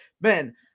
man